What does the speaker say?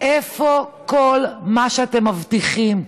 איפה כל מה שאתם מבטיחים?